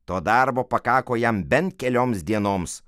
to darbo pakako jam bent kelioms dienoms